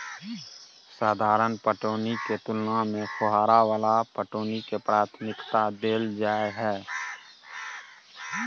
साधारण पटौनी के तुलना में फुहारा वाला पटौनी के प्राथमिकता दैल जाय हय